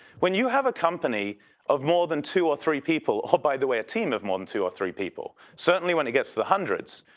when you have a company of more than two or three people, or by the way, a team of more than two or three people, certainly when it gets to the hundreds.